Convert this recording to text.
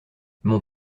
mon